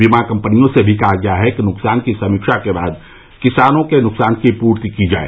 बीमा कंपनियों से भी कहा गया है कि नुकसान की समीक्षा के बाद किसानों के नुकसान की पूर्ति की जाए